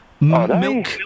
milk